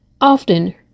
often